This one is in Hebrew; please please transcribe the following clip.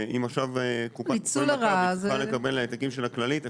אם עכשיו קופה כמו מכבי תוכל לקבל העתקים של הכללית,